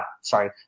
sorry